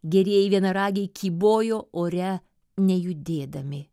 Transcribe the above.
gerieji vienaragiai kybojo ore nejudėdami